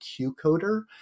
QCoder